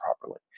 properly